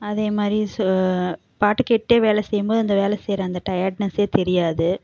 அதேமாதிரி பாட்டு கேட்டுகிட்டே வேலை செய்யும் போது அந்த வேலை செய்கிற அந்த டயர்ட்னஸ்ஸே தெரியாது